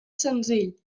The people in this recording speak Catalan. senzill